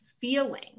feeling